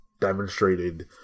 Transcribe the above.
demonstrated